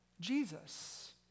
Jesus